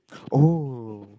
oh